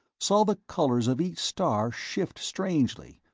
saw the colors of each star shift strangely,